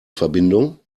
verbindung